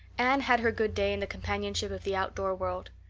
anne had her good day in the companionship of the outdoor world.